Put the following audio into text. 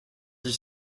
dix